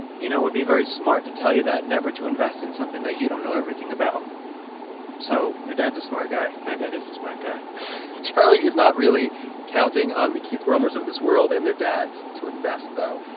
you know, would be very smart to tell you that never to invest in something that you don't know everything about so your dad's a smart guy my dad is a smart guy charlie is not really counting on the keith romers of this world and their dads to invest, though.